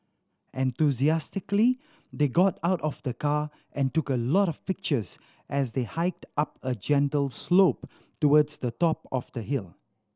enthusiastically they got out of the car and took a lot of pictures as they hiked up a gentle slope towards the top of the hill